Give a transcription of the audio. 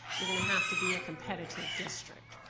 you're gonna have to be a competitive district.